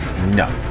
No